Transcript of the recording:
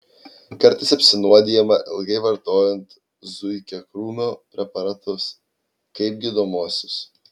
kartais apsinuodijama ilgai vartojant zuikiakrūmio preparatus kaip gydomuosius